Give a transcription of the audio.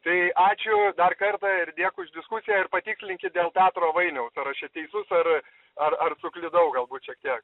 tai ačiū dar kartą ir dėkui už diskusiją ir patikslinkit dėl petro vainiaus ar aš čia teisus ar ar ar suklydau galbūt šiek tiek